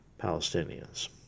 Palestinians